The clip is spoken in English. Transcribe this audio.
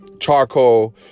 charcoal